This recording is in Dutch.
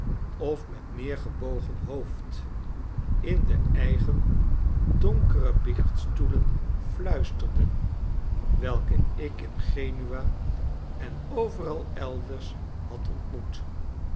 of met neergebogen hoofd in de eigen donkere biechtstoelen fluisterden welke ik in g e n u a en overal elders had ontmoet